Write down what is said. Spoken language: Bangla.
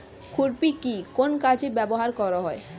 খুরপি কি কোন কাজে ব্যবহার করা হয়?